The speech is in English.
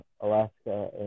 Alaska